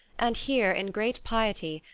and here in great piety,